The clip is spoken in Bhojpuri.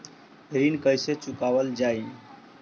ऋण कैसे चुकावल जाई?